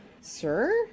sir